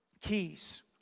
Keys